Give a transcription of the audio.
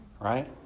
right